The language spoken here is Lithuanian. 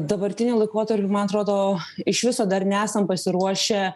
dabartiniu laikotarpiu man atrodo iš viso dar nesam pasiruošę